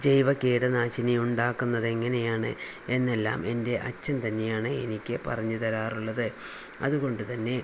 ജൈവ കീടനാശിനി ഉണ്ടാക്കുന്നത് എങ്ങനെയാണ് എന്നെല്ലാം എൻ്റെ അച്ഛൻ തന്നെയാണ് എനിക്ക് പറഞ്ഞു തരാറുള്ളത് അതുകൊണ്ടു തന്നെ